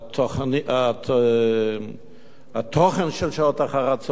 התוכן של שעות אחר-הצהריים.